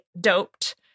doped